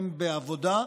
הם בעבודה.